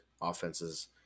offenses